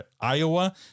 Iowa